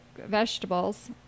vegetables